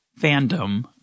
fandom